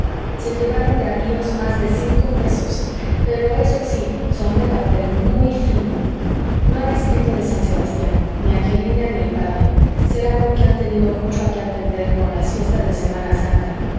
se llevaron de avíos más de cinco pesos pero eso sí son de papel muy fino no han escrito de san sebastián ni angelina ni el padre será porque han tenido mucho a que atender con las fiestas de semana santa